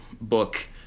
book